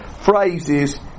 phrases